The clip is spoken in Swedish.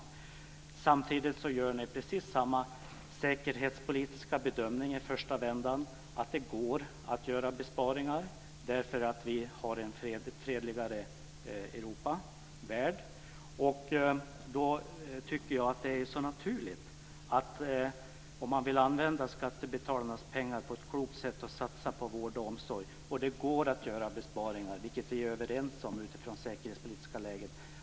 Samtidigt gör ni precis samma säkerhetspolitiska bedömning i första vändan, nämligen att det går att göra besparingar därför att vi har ett fredligare Europa och en fredligare värld. Då tycker jag att det är så naturligt att man vill använda skattebetalarnas pengar på ett klokt sätt och satsa på vård och omsorg. Och det går att göra besparingar, vilket vi är överens om utifrån det säkerhetspolitiska läget.